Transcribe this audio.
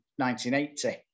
1980